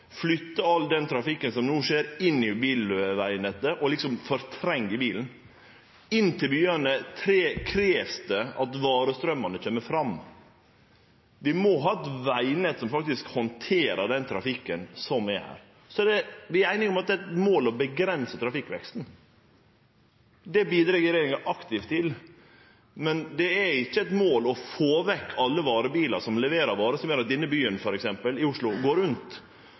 flytte all den trafikken som no er, inn i bilvegnettet og fortrengje bilen. Inn til byane krevst det at varestraumane kjem fram. Vi må ha eit vegnett som faktisk handterer den trafikken som er her. Vi er einige om at det er eit mål å dempe trafikkveksten. Det bidreg regjeringa aktivt til, men det er ikkje eit mål å få vekk alle varebilar som leverer varer som gjer at denne byen, Oslo, går rundt.